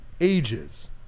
Ages